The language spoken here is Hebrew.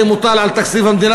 זה מוטל על תקציב המדינה,